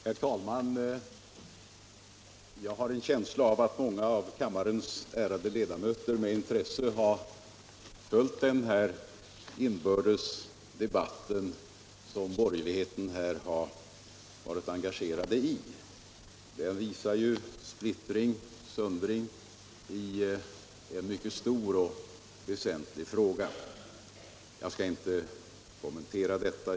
Herr talman! Jag har en känsla av att många av kammarens ärade ledamöter med intresse följt den inbördes debatt som borgerligheten har varit engagerad i. Den visar splittring och söndring i en mycket stor och väsentlig fråga. Jag skall inte kommentera detta.